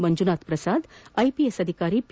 Manjunath Prasad IPS ಅಧಿಕಾರಿ P